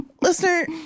Listener